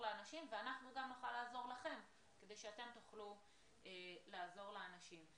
לאנשים ואנחנו נוכל גם לעזור לכם כדי שתוכלו לעזור לאנשים.